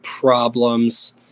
problems